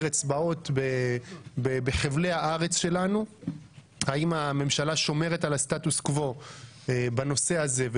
אצבעות בחבלי הארץ שלנו; האם הממשלה שומרת על הסטטוס קוו בנושא הזה,